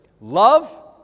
love